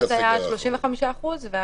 אז היה 35 אחוזים.